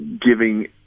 giving